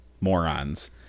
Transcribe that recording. morons